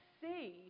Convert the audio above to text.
see